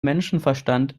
menschenverstand